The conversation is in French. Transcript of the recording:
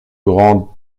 grands